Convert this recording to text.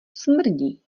smrdí